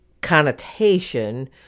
connotation